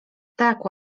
tak